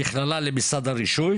המכללה למשרד הרישוי